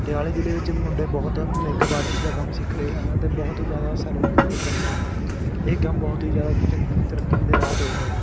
ਪਟਿਆਲਾ ਜ਼ਿਲ੍ਹੇ ਵਿੱਚ ਮੁੰਡੇ ਬਹੁਤ ਮੇਕਅਪ ਆਰਟਿਸਟ ਦਾ ਕੰਮ ਸਿੱਖ ਰਹੇ ਹਨ ਅਤੇ ਬਹੁਤ ਜ਼ਿਆਦਾ ਸੈਲੂਨ ਵੀ ਖੁੱਲ੍ਹ ਰਹੇ ਹਨ ਇਹ ਕੰਮ ਬਹੁਤ ਹੀ ਜ਼ਿਆਦਾ ਚ ਤਰੱਕੀ ਦੇ ਰਾਹ 'ਤੇ ਹੈ